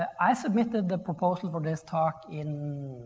i submitted the proposal for this talk in